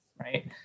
right